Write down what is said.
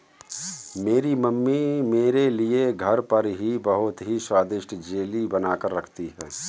मेरी मम्मी मेरे लिए घर पर ही बहुत ही स्वादिष्ट जेली बनाकर रखती है